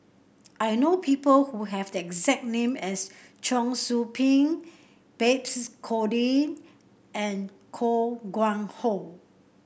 I know people who have the exact name as Cheong Soo Pieng Babes Conde and Koh Nguang How